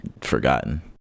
forgotten